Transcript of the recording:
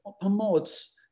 promotes